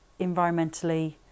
environmentally